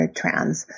trans